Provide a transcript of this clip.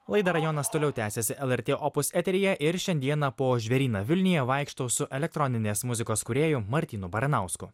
laida rajonas toliau tęsiasi lrt opus eteryje ir šiandieną po žvėryną vilniuje vaikštau su elektroninės muzikos kūrėju martynu baranausku